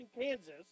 Kansas